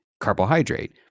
carbohydrate